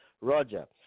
Roger